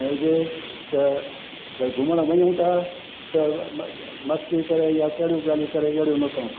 हुजे त भई घुमणु वञूं था त मस्ती करे या कहिड़ियूं ॻाल्हियूं करे अहिड़ियू न करणु खपनि